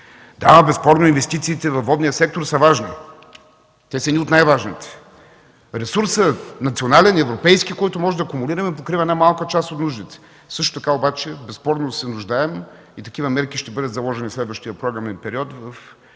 Да, безспорно инвестициите във водния сектор са важни, те са едни от най-важните. Ресурсът – национален и европейски, който можем да кумулираме, покрива една малка част от нуждите. Също така обаче безспорно се нуждаем, и такива мерки ще бъдат заложени в следващия програмен период в